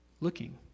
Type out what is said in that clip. looking